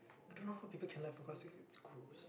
I don't know how people can like food court so it's gross